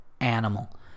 animal